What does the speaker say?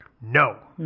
No